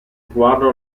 sguardo